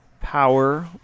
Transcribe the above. power